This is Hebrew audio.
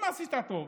אם עשית טוב,